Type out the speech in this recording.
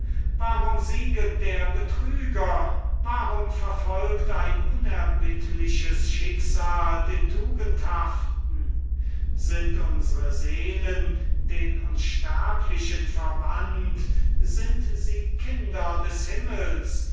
warum sieget der betrüger warum verfolgt ein unerbittliches schicksal die tugendhaften sind unsre seelen den unsterblichen verwandt sind sie kinder des himmels